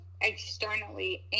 externally